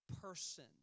person